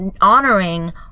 honoring